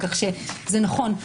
נכון,